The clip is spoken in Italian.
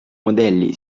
modelli